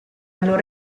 allora